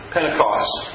Pentecost